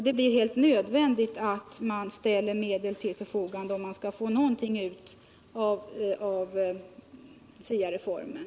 Det blir helt nödvändigt att ställa medel till förfogande, om man skall få ut någonting av SIA reformen.